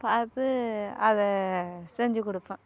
பார்த்து அதை செஞ்சு கொடுப்பேன்